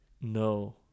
No